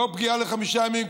זו לא פגיעה לחמישה ימים,